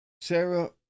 sarah